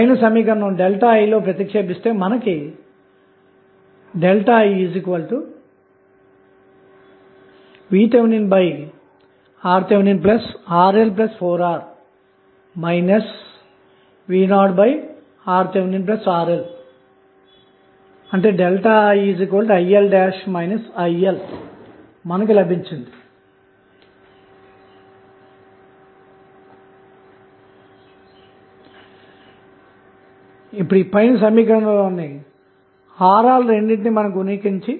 slide సమయం చూడండి2455 ఇప్పుడు ఆధారిత మైన సోర్స్ కలిగిన మరొక సర్క్యూట్ తీసుకుందాము దీనిని మీ ఇంటి వద్దనే పరిష్కరించటానికి మీకే వదిలివేస్తాను తద్వారా ఆధారిత మైన సోర్స్ కలిగినప్పుడు సర్క్యూట్ను ఎలా పరిష్కరించాలో మీకు మంచి ఆలోచన వస్తుంది